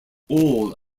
all